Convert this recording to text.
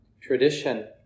tradition